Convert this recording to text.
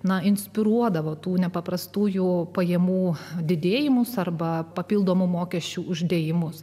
na inspiruodavo tų nepaprastųjų pajamų didėjimas arba papildomų mokesčių uždėjimas